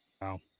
Wow